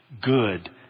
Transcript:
good